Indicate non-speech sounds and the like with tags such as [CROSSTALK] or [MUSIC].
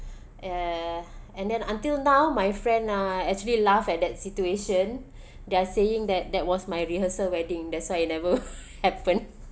[BREATH] uh and then until now my friend uh actually laugh at that situation [BREATH] they're saying that that was my rehearsal wedding that's why it never [LAUGHS] happen